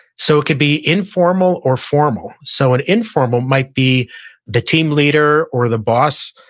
so it could be informal or formal. so an informal might be the team leader or the boss,